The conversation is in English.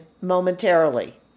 momentarily